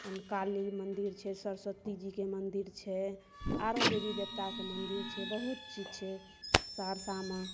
काली मंदिर छै सरस्वतीजेके मंदिर छै आरों देवी देवताके मंदिर छै बहुत चीज़ छै सहरसामे